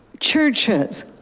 churches.